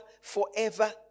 forever